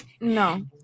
No